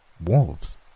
Wolves